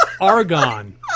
argon